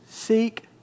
Seek